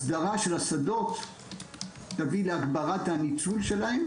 הסדרה של השדות תביא להגברת הניצול שלהם